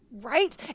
Right